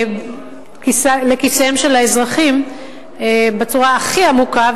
לכיסיהם של האזרחים בצורה הכי עמוקה,